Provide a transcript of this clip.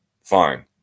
fine